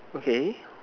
okay